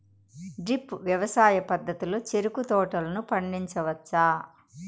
drip వ్యవసాయ పద్ధతిలో చెరుకు తోటలను పండించవచ్చా